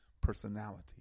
personality